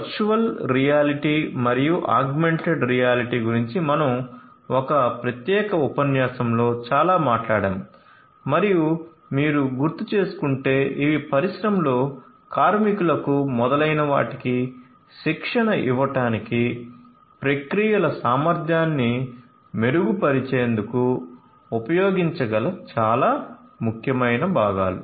virtual reality మరియు augmented reality గురించి మనం ఒక ప్రత్యేక ఉపన్యాసంలో చాలా మాట్లాడాము మరియు మీరు గుర్తుచేసుకుంటే ఇవి పరిశ్రమలో కార్మికులకు మొదలైనవాటికీ శిక్షణ ఇవ్వటానికి ప్రక్రియల సామర్థ్యాన్ని మెరుగుపరిచేందుకు ఉపయోగించగల చాలా ముఖ్యమైన భాగాలు